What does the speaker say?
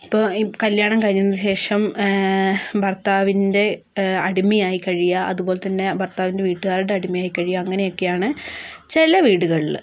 ഇപ്പം കല്ല്യാണം കഴിഞ്ഞതിനു ശേഷം ഭർത്താവിൻ്റെ അടിമയായി കഴിയുക അതുപോലത്തന്നെ ഭർത്താവിൻ്റെ വീട്ടുകാരുടെ അടിമയായി കഴിയുക അങ്ങനെയൊക്കെയാണ് ചില വീടുകളിൽ